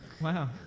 Wow